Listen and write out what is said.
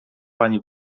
pani